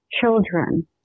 Children